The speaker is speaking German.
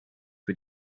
für